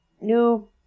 new